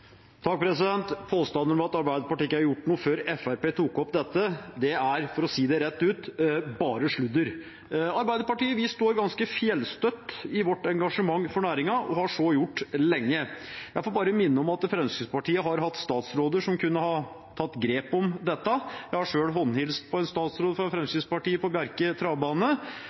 om at Arbeiderpartiet ikke har gjort noe før Fremskrittspartiet tok opp dette, er – for å si det rett ut – bare sludder. Vi i Arbeiderpartiet står ganske fjellstøtt i vårt engasjement for næringen og har så gjort lenge. Jeg får bare minne om at Fremskrittspartiet har hatt statsråder som kunne ha tatt grep om dette. Jeg har selv håndhilst på en statsråd fra Fremskrittspartiet på Bjerke